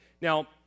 Now